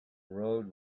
road